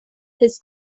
his